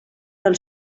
del